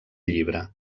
llibre